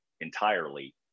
entirely